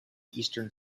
eastern